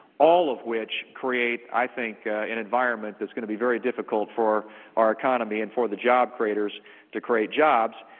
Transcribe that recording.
all of which create, i think, an environment that's going to be very difficult for our economy and for the job creators to create jobs.